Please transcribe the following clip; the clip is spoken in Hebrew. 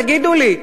תגידו לי?